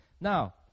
Now